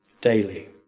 daily